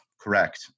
correct